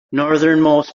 northernmost